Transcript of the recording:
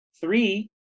three